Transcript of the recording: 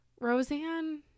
Roseanne